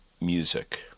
music